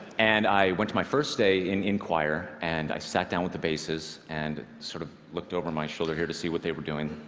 and i went to my first day in in choir, and i sat down with the basses and sort of looked over my shoulder to see what they were doing.